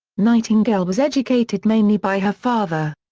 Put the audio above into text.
nightingale was educated mainly by her father.